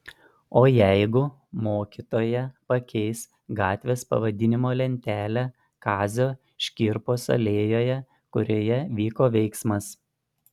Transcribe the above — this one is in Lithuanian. o jeigu mokytoja pakeis gatvės pavadinimo lentelę kazio škirpos alėjoje kurioje vyko veiksmas